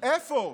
איפה?